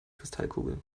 kristallkugel